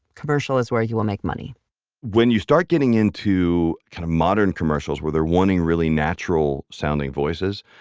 commercial is where you will make money when you start getting into kind of modern commercials where they are wanting really natural sounding voices.